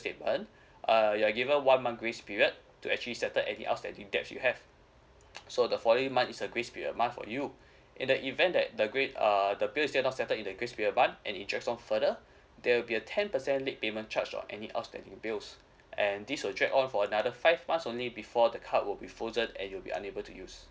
statement uh you're given one month grace period to actually settle anything else any debt you have so the months a grace period month for you in the event that the great err the bills is still not settle in that grace period month and it on further there'll be a ten percent late payment charge on any outstanding bills and this will drag on for another five month only before the card will be frozen and you'll be unable to use